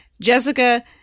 Jessica